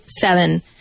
seven